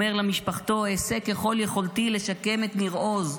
אומר למשפחתו: אעשה ככל יכולתי לשקם את ניר עוז.